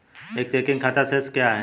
एक चेकिंग खाता शेष क्या है?